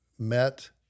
met